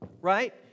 right